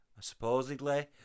supposedly